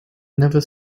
never